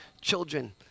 children